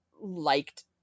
liked